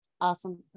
awesome